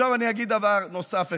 עכשיו אני אגיד דבר נוסף אחד.